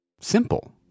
simple